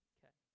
Okay